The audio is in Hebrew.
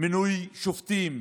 מינוי שופטים,